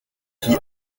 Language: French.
qui